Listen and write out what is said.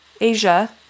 Asia